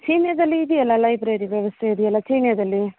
ಚೀನ್ಯಾದಲ್ಲಿ ಇದೆಯಲ್ಲ ಲೈಬ್ರೆರಿ ವ್ಯವಸ್ಥೆ ಇದೆಯಲ ಚೀನ್ಯಾದಲ್ಲಿ